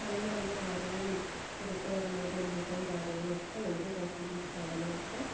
പണ്ട് നടന്ന കാര്യങ്ങളും ചരിത്രപരമായിട്ടുള്ള ബ്രിട്ടൺ കാര്യങ്ങളും ഒക്കെ നമുക്ക് പോർച്ചുഗീസ് കാര്യങ്ങളൊക്കെ